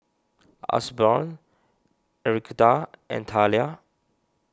Osborne Enriqueta and Talia